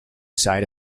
side